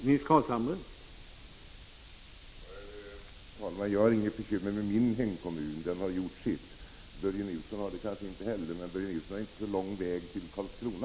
Herr talman! Jag har inget bekymmer med min hemkommun. Den har gjort sitt. Börje Nilsson har det kanske inte heller. Men Börje Nilsson har inte så lång väg till Karlskrona.